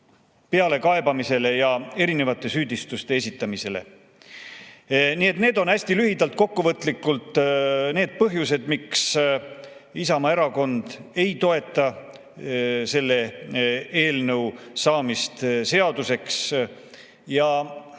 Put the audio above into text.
pealekaebamisele ja erinevate süüdistuste esitamisele. Need on hästi lühidalt ja kokkuvõtlikult need põhjused, miks Isamaa Erakond ei toeta selle eelnõu saamist seaduseks. Minu